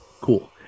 Cool